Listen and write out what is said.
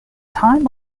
time